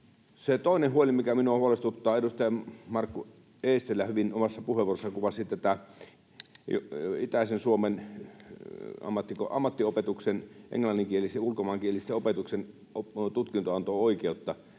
toinen huoli, mikä minua huolestuttaa — edustaja Markku Eestilä hyvin omassa puheenvuorossaan kuvasi tätä itäisen Suomen ammattiopetuksen englanninkielisen, ulkomaankielisen, opetuksen tutkinnonanto-oikeutta.